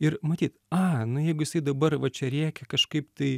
ir matyt aaa nu jeigu jisai dabar va čia rėkia kažkaip tai